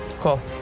cool